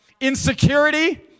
Insecurity